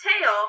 tail